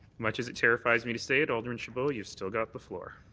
much as it terrifies me to say it, alderman chabot, you've still got the floor.